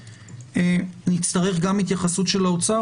אנחנו נצטרך גם התייחסות של האוצר?